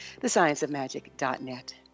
thescienceofmagic.net